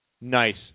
nice